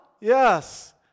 Yes